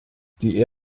die